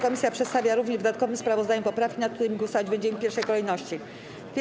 Komisja przedstawia również w dodatkowym sprawozdaniu poprawki, nad którymi głosować będziemy w pierwszej kolejności.9.